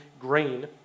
grain